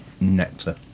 nectar